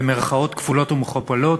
במירכאות כפולות ומכופלות,